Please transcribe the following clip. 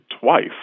twice